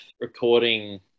recording